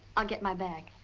i'll get my bag.